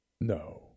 No